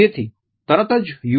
તેથી તરત જ યુ